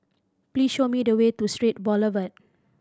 please show me the way to Strait Boulevard